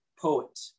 poet